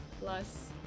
plus